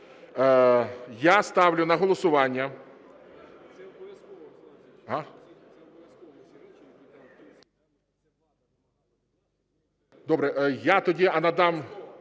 Я ставлю на голосування… Добре, я тоді надам.